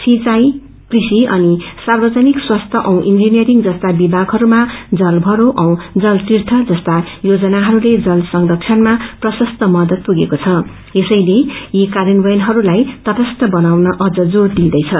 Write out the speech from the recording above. सिंचाई कूषि अनि सार्वजनिक स्वास्थ्य औ इन्जीनियरंग जस्ता विभगाहरूमा जल भरो औ जल तिर्थ जस्ता योजनाहस्ले जल संरक्षणमा प्रशस्त मदद पुगको छ यसैले यी कायान्यवयनहरूलाई तटस्थ बनाउन अम्न जोड़ दिइन्दैछ